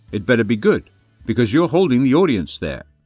it better be good because you're holding the audience there.